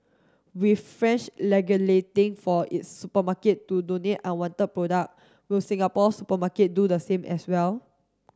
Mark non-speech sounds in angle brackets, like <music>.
with France <unintelligible> for its supermarket to donate unwanted product will Singapore's supermarket do the same as well